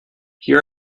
here